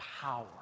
power